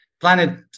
planet